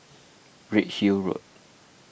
Redhill Road